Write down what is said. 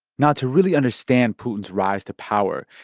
now, to really understand putin's rise to power,